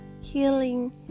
healing